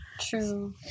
True